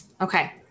Okay